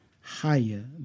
higher